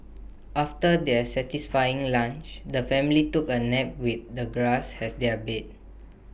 after their satisfying lunch the family took A nap with the grass as their bed